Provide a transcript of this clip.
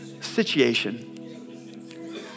Situation